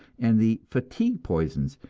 and the fatigue poisons,